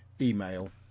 email